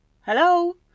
Hello